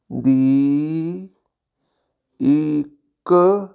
ਦੀ ਇੱਕ